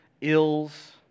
ills